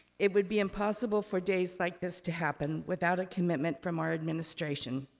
it would be impossible for days like this to happen without a commitment from our administration.